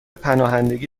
پناهندگی